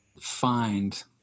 find